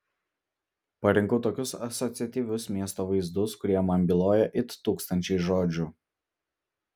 parinkau tokius asociatyvius miesto vaizdus kurie man byloja it tūkstančiai žodžių